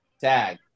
Tag